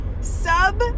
Sub